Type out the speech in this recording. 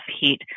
heat